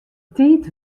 tiid